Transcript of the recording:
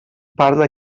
parla